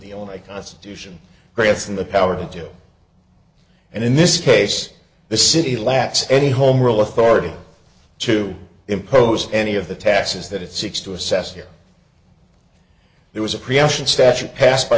the only constitution grants and the power to do and in this case the city lacks any home real authority to impose any of the taxes that it seeks to assess here there was a p